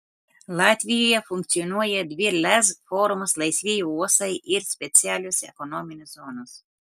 latvijoje funkcionuoja dvi lez formos laisvieji uostai ir specialios ekonominės zonos